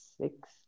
six